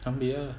ambil ah